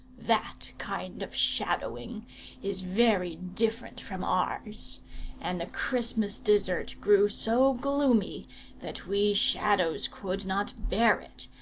that kind of shadowing is very different from ours and the christmas dessert grew so gloomy that we shadows could not bear it,